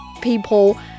people